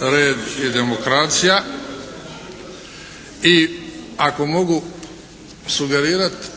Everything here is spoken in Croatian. red i demokracija. I ako mogu sugerirati,